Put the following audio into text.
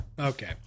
Okay